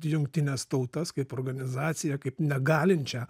jungtines tautas kaip organizaciją kaip negalinčią